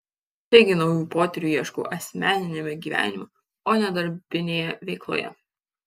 taigi naujų potyrių ieškau asmeniniame gyvenime o ne darbinėje veikloje